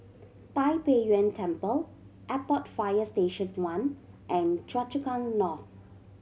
Tai Pei Yuen Temple Airport Fire Station One and Choa Chu Kang North